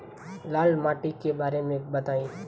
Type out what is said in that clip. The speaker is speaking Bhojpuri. लाल माटी के बारे में बताई